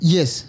Yes